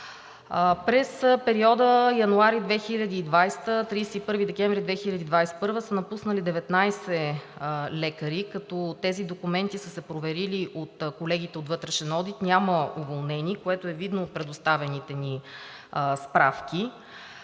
През периода януари 2020 г. – 31 декември 2021 г. са напуснали 19 лекари, като тези документи са се проверили от колегите от „Вътрешен одит“ – няма уволнени, което е видно от предоставените справки.